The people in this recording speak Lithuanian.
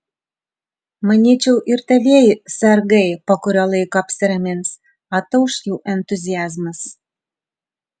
manyčiau ir tavieji sargai po kurio laiko apsiramins atauš jų entuziazmas